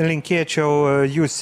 linkėčiau jūs